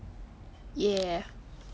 yeah